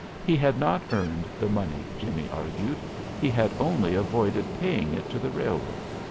he had not earned the money, jimmie argued he had only avoided paying it to the railroad.